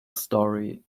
story